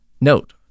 Note